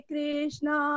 Krishna